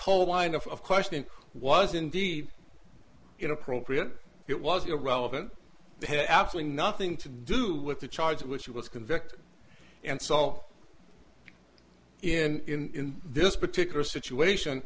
whole line of questioning was indeed inappropriate it was irrelevant had absolutely nothing to do with the charge which he was convicted and saw in this particular situation